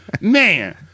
man